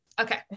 Okay